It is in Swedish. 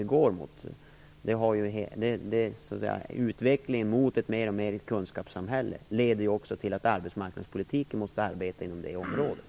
Jag tror att vi går mot den utvecklingen. Utvecklingen mot ett kunskapssamhälle leder ju också till att arbetsmarknadspolitiken måste arbeta inom det området.